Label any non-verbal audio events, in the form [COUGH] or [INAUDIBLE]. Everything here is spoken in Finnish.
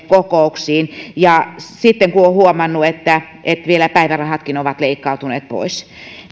[UNINTELLIGIBLE] kokouksiin sitten kun on huomannut että vielä päivärahatkin ovat leikkautuneet pois